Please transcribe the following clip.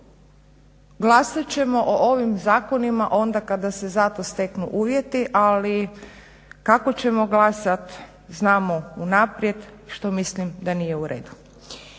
glasat ćemo o ovim zakonima onda kada se za to steknu uvjeti ali kako ćemo glasati znamo unaprijed što mislim da nije uredu.